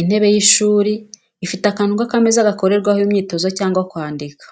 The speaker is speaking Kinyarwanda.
Intebe y'ishuri ifite akantu k'ameza gakorerwaho imyitozo cyangwa kwandika.